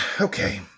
okay